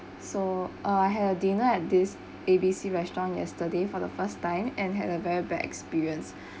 so uh I had a dinner at this A B C restaurant yesterday for the first time and had a very bad experience